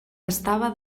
estava